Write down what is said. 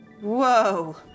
Whoa